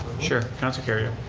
sure, councilor kerrio.